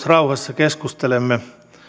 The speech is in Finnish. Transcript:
rauhassa keskustelemme